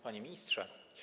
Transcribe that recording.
Panie Ministrze!